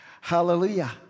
Hallelujah